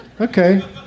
Okay